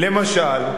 למשל,